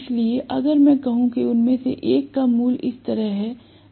इसलिए अगर मैं कहूं कि उनमें से एक का मूल्य इस तरह है